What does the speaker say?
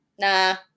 Nah